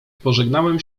pożegnałem